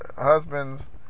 Husbands